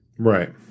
Right